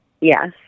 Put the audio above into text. Yes